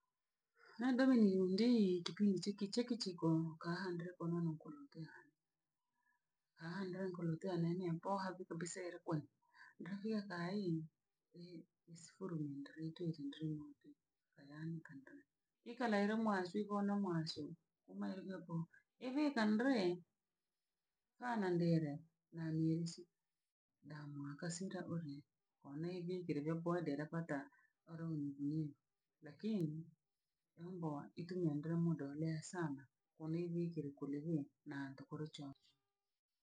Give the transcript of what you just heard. nandobhe nindii kipindi chaki chakichiko kaahandre kono no konodeha. Kanhandre nkolo ntea nenye nbhoha bi kabisa elokwoni. Ndrahiya kaiimu nisifuru munda niitunze ndri muntu balaani kantoe. Ikala ele mwaswe bhono mwashe umaelegebo, ehe kandre kaa na ndiyere nanierisi damwakasira ore oneibi kerevyokoa de la kwata olo, lakini nt'omboa itumiendra mudole sana omeibi kilekule bhihe na ntokorochocho.